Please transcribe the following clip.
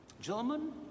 gentlemen